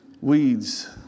weeds